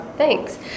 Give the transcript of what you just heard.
Thanks